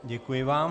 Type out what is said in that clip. Děkuji vám.